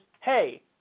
hey